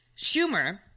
schumer